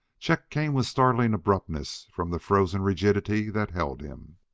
chet came with startling abruptness from the frozen rigidity that held him,